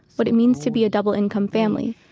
what it means to be a double-income family,